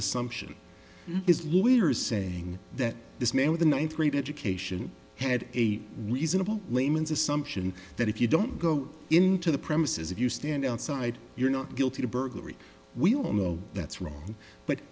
assumption his lawyer is saying that this man with a ninth grade education had a reasonable layman's assumption that if you don't go into the premises if you stand outside you're not guilty of burglary we all know that's wrong but